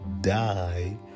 die